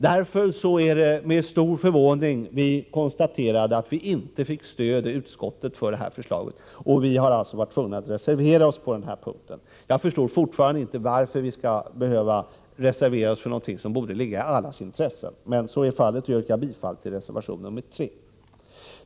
Därför var det med stor förvåning som vi konstaterade att vi inte fick stöd i utskottet för detta förslag. Vi var tvungna att reservera oss på den punkten. Jag förstår fortfarande inte varför vi skall behöva reservera oss för någonting som borde ligga i allas intresse. Men så är fallet. Jag yrkar bifall till reservation nr 3.